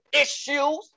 issues